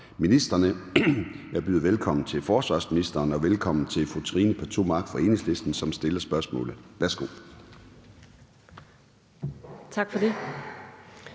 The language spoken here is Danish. Gade): Jeg byder velkommen til forsvarsministeren og velkommen fru Trine Pertou Mach fra Enhedslisten, som stiller spørgsmålet.